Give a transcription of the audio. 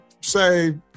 say